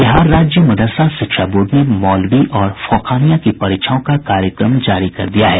बिहार राज्य मदरसा शिक्षा बोर्ड ने मौलवी और फोकानिया की परीक्षाओं का कार्यक्रम जारी कर दिया है